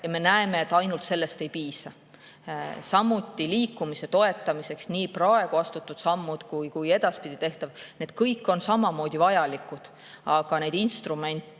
Me näeme, et ainult sellest ei piisa. Samuti on liikumise toetamiseks nii seni astutud sammud kui ka edaspidi tehtav kõik samamoodi vajalikud, aga neid instrumente